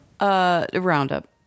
Roundup